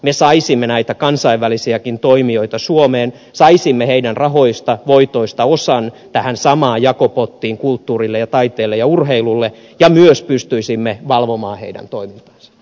me saisimme näitä kansainvälisiäkin toimijoita suomeen saisimme heidän rahoistaan voitoistaan osan tähän samaan jakopottiin kulttuurille ja taiteelle ja urheilulle ja myös pystyisimme valvomaan heidän toimintaansa